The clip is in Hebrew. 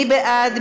מי בעד?